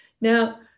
Now